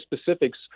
specifics